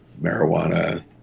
Marijuana